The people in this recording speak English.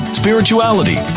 spirituality